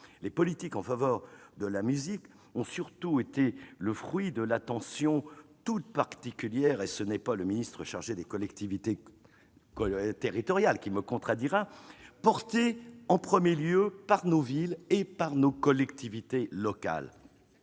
Les politiques en faveur de la musique ont surtout été le fruit de l'attention toute particulière- ce n'est pas le ministre chargé des collectivités territoriales qui me contredira -... Jamais !... portée par nos villes et nos collectivités locales.